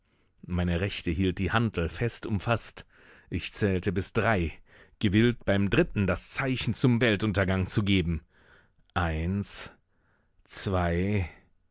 meine rechte hielt die hantel fest umfaßt ich zählte bis drei gewillt beim dritten das zeichen zum weltuntergang zu geben eins zwei